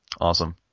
Awesome